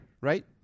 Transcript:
Right